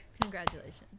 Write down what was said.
Congratulations